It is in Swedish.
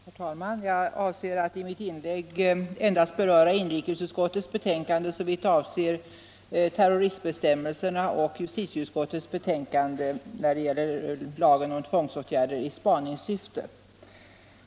Herr talman! Jag avser att i mitt inlägg endast beröra inrikesutskottets betänkande såvitt det avser terroristbestämmelserna och justitieutskottets betänkande när det gäller lagen om tvångsåtgärder i spaningssyfte.